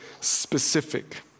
specific